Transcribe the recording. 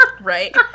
Right